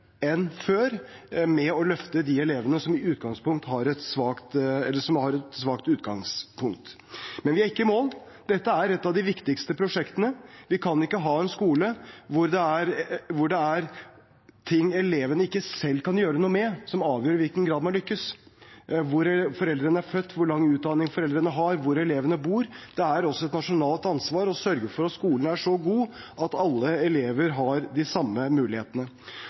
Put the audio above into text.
enn før med å løfte de elevene som har et svakt utgangspunkt. Men vi er ikke i mål. Dette er et av de viktigste prosjektene. Vi kan ikke ha en skole hvor det er ting elevene ikke selv kan gjøre noe med, som avgjør i hvilken grad de lykkes – som hvor foreldrene er født, hvor lang utdanning foreldrene har, og hvor elevene bor. Det er også et nasjonalt ansvar å sørge for at skolen er så god at alle elever har de samme mulighetene.